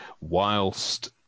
whilst